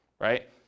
right